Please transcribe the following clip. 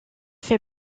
fait